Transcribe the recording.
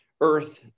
earth